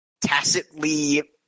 tacitly